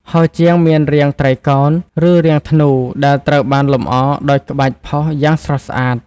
ហោជាងមានរាងត្រីកោណ ឬរាងធ្នូ ដែលត្រូវបានលម្អដោយក្បាច់ផុសយ៉ាងស្រស់ស្អាត។